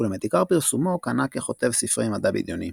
אולם את עיקר פרסומו קנה ככותב ספרי מדע בדיוני.